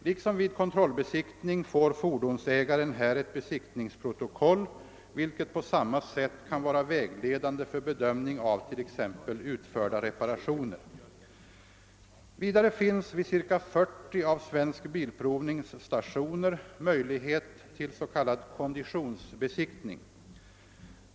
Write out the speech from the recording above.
Liksom vid kontrollbesiktning får fordonsägaren här ett besiktningsprotokoll vilket på samma sätt kan vara vägledande för bedömning av t.ex. utförda reparationer. Vidare finns vid ca 40 av Svensk bilprovnings stationer möjlighet till s.k. konditionsbesiktning.